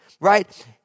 right